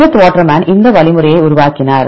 Smith Waterman இந்த வழிமுறையை உருவாக்கினார்